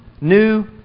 new